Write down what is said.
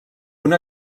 una